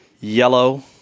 yellow